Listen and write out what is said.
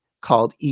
called